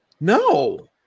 No